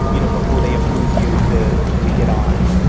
you know before they approve you to to get on.